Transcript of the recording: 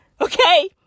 okay